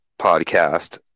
podcast